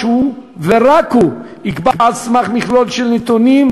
שהוא ורק הוא יקבע על סמך מכלול של נתונים,